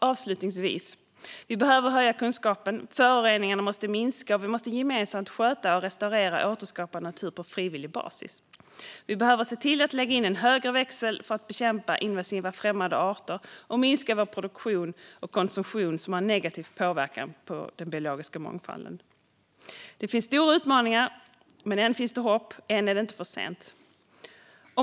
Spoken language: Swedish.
Avslutningsvis: Vi behöver höja kunskapen. Föroreningarna måste minska, och vi måste gemensamt sköta, restaurera och återskapa natur på frivillig basis. Vi behöver se till att lägga in en högre växel för att bekämpa invasiva främmande arter och minska vår produktion och konsumtion, som har negativ påverkan på den biologiska mångfalden. Det finns stora utmaningar, men än finns det hopp. Än är det inte för sent.